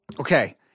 Okay